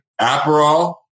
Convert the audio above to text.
Aperol